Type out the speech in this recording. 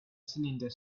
cylinder